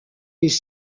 les